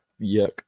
Yuck